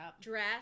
dress